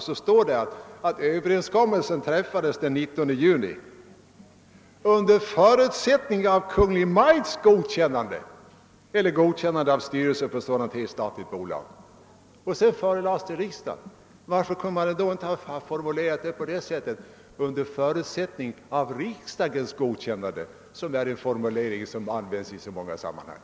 Det står att överenskommelsen träffades den 19 juni under förutsättning av Kungl. Maj:ts godkännande eller godkännande av styrelsen för ett sådant statligt bolag. Sedan förelades ärendet riksdagen. Varför kunde man inte ha skrivit »under förutsättning av riksdagens godkännande»? Det är en formulering som används i andra sammanhang.